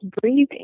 breathing